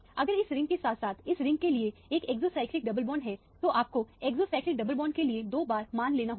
अगर इस रिंग के साथ साथ इस रिंग के लिए एक एक्सोसाइक्लिक डबल बॉन्ड है तो आपको एक्सोसाइक्लिक डबल बॉन्ड के लिए दो बार मान लेना होगा